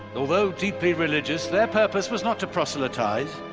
although deeply religious, their purpose was not to proselytize